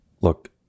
look